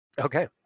Okay